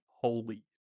holy